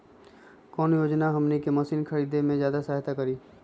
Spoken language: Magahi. कौन योजना हमनी के मशीन के खरीद में ज्यादा सहायता करी?